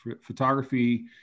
Photography